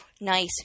nice